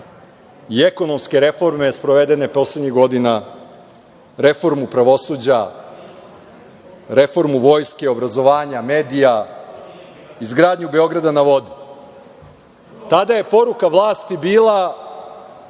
i ekonomske reforme sprovedene poslednjih godina, reformu pravosuđa, reformu vojske, obrazovanja, medija, izgradnju „Beograda na vodi“. Tada je poruka vlasti bila